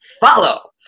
follow